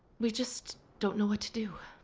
we just don't know what to do.